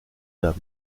dames